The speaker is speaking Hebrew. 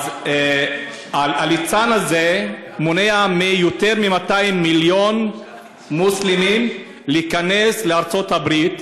הליצן הזה מונע מיותר מ-200 מיליון מוסלמים להיכנס לארצות-הברית,